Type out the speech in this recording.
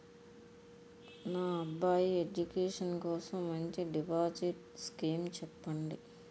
నా అబ్బాయి ఎడ్యుకేషన్ కోసం మంచి డిపాజిట్ స్కీం చెప్పండి